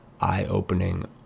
eye-opening